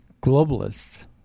globalists